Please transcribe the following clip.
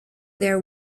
there